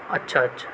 اچھا اچھا